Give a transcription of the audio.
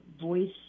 voice